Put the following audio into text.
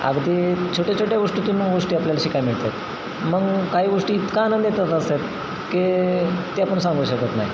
अगदी छोट्या छोट्या गोष्टीतून गोष्टी आपल्याला शिकाय मिळतात मग काही गोष्टी इतका आनंद येतात असतात की ते आपण सांगू शकत नाही